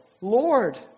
Lord